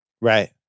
Right